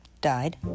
died